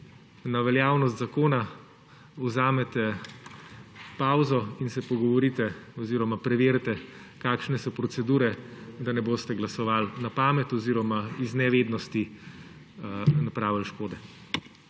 na veljavnost zakona, vzamete pavzo in se pogovorite oziroma preverite, kakšne so procedure, da ne boste glasovali na pamet oziroma iz nevednosti napravili škode.